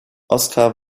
oscar